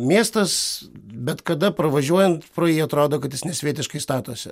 miestas bet kada pravažiuojant pro jį atrodo kad jis nesvietiškai statosi